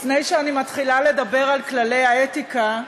לפני שאני מתחילה לדבר על כללי האתיקה,